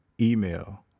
Email